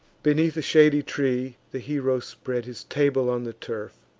beneath a shady tree, the hero spread his table on the turf,